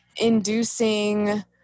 inducing